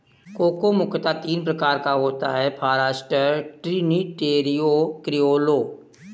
cocoa मुख्यतः तीन प्रकार का होता है फारास्टर, ट्रिनिटेरियो, क्रिओलो